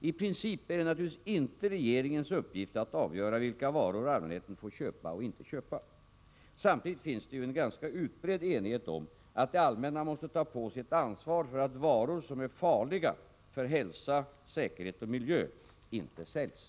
I princip är det naturligtvis inte regeringens uppgift att avgöra vilka varor allmänheten får köpa och inte köpa. Samtidigt finns det ju en ganska utbredd enighet om att det allmänna måste ta på sig ett ansvar för att varor som är farliga för hälsa, säkerhet och miljö inte säljs.